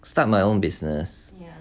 start my own business